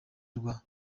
rwa